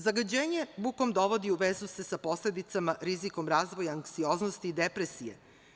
Zagađenje bukom dovodi se u vezu sa posledicama rizikom razvoja anksioznosti i depresije.